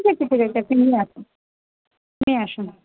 ঠিক আছে ঠিক আছে আপনি নিয়ে আসুন নিয়ে আসুন